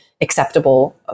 acceptable